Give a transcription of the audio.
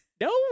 No